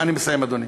אני מסיים, אדוני.